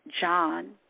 John